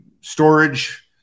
storage